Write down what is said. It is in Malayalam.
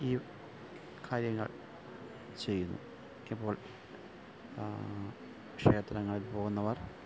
ഈ കാര്യങ്ങള് ചെയ്യുന്നു ക്കിപ്പോള് ക്ഷേത്രങ്ങളില് പോകുന്നവര്